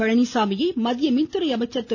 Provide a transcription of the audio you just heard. பழனிச்சாமியை மத்திய மின்துறை அமைச்சர் திரு